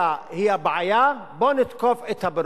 הוא אפילו לא אמר שהאחרון יכבה את האור.